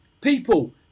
people